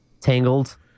Tangled